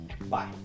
bye